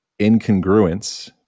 incongruence